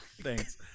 Thanks